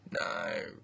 no